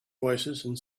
voicesand